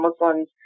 Muslims